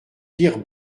pires